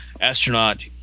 astronaut